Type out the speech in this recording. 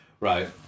right